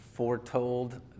foretold